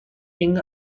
yng